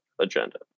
agenda